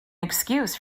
excuse